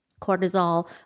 cortisol